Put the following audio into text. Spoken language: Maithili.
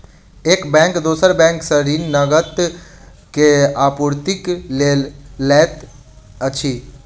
एक बैंक दोसर बैंक सॅ ऋण, नकद के आपूर्तिक लेल लैत अछि